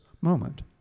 moment